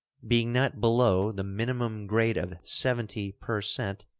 being not below the minimum grade of seventy per cent,